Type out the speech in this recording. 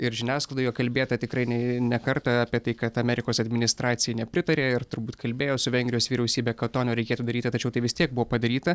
ir žiniasklaidoje kalbėta tikrai ne ne kartą apie tai kad amerikos administracija nepritarė ir turbūt kalbėjo su vengrijos vyriausybe kad to nereikėtų daryti tačiau tai vis tiek buvo padaryta